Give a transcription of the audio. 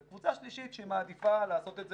וקבוצה שלישית שהיא מעדיפה לעשות את זה